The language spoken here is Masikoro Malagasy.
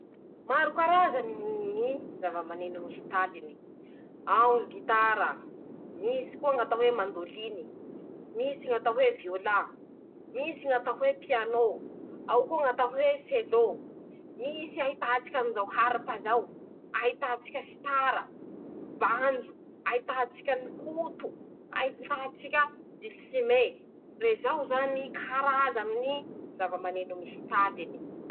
<...>Maro karazany ñy zava-maneno misy taline: ao ñy gitara, misy koa ñ'atao hoe mandôliny, misy ñ'atao hoe viôla, misy ñ'atao hoe pianô, ao koa ñ'atao hoe selô, misy ahitatsika an'zao haripa zao, ahitatsika sitara, banjo, ahitatsika an' koto, ahitatsika dilisime rezao zany karazany zava-maneno misy taline.